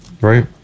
right